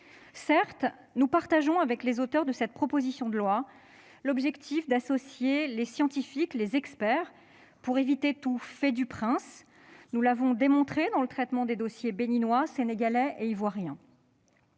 Certes, nous partageons avec les auteurs de cette proposition de loi l'objectif d'associer les scientifiques et les experts pour éviter tout fait du prince- nous l'avons démontré dans le traitement des dossiers béninois, sénégalais et ivoirien